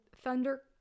thunder